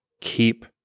keep